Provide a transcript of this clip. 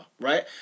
right